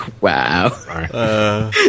Wow